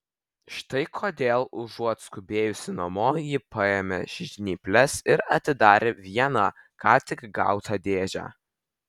štai kodėl užuot skubėjusi namo ji paėmė žnyples ir atidarė vieną ką tik gautą dėžę